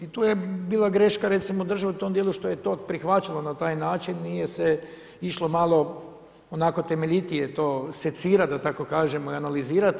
Tu je bila greška recimo države u tom dijelu što je to prihvaćala na taj način, nije se išlo malo onako temeljitije to secirati da tako kažem i analizirati.